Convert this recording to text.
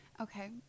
Okay